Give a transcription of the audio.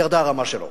ירדה הרמה שלו.